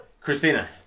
Christina